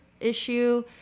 issue